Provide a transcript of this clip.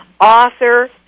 author